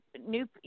new